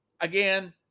again